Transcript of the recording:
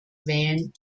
wählen